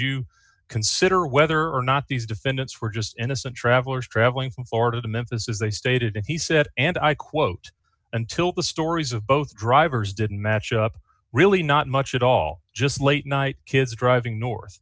you consider whether or not these defendants were just innocent travelers traveling from florida to memphis is they stated he said and i quote until the stories of both drivers didn't match up really not much at all just late night kids driving north